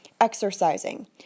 exercising